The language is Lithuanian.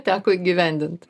teko įgyvendint